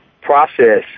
process